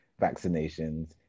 vaccinations